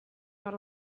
dot